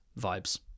vibes